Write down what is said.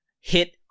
hit